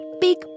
big